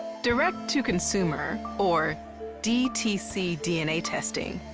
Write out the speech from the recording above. direct-to-consumer, or dtc dna testing,